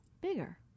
bigger